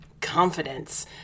confidence